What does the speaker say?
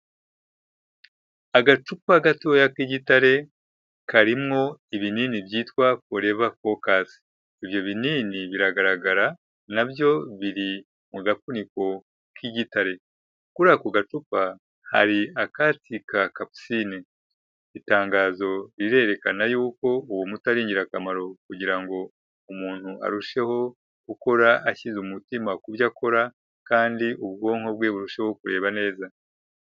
Agacupa gatoya k'igitare, karimwo ibinini byitwa foreva fokasi. Ibyo binini biragaragara, na byo biri mu gafuniko k'igitare. Kuri ako gacupa, hari akatsi ka kapusine. Itangazo rirerekana yuko, uwo muti ari ingirakamaro kugira ngo, umuntu arusheho, gukora ashyize umutima ku byo akora, kandi ubwonko bwe burusheho kureba neza.